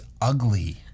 ugly